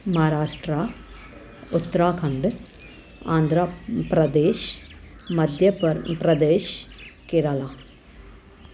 Maharashtra Uttarakhand Andhra Pradesh Madhya Pradesh Kerala